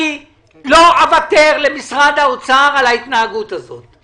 אני לא אוותר למשרד האוצר על ההתנהגות הזאת.